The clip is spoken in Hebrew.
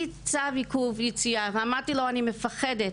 צו עיכוב יציאה ואמרתי לה אני מפחדת,